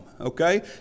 Okay